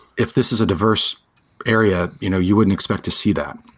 if this is a diverse area, you know you wouldn't expect to see that.